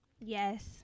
yes